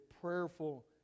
prayerful